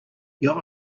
your